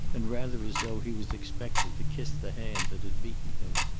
and rather as though he was expected to kiss the hand that had beaten him,